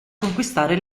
conquistare